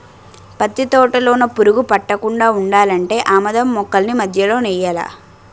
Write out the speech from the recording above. పత్తి తోటలోన పురుగు పట్టకుండా ఉండాలంటే ఆమదం మొక్కల్ని మధ్యలో నెయ్యాలా